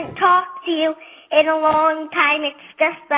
talked to you in a long time. it's just that